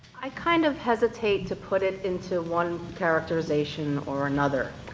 i kind of hesitate to put it into one characterization or another,